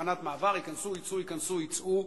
תחנת מעבר, ייכנסו-יצאו ייכנסו-יצאו?